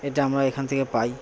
এটা আমরা এখান থেকে পাই